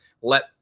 let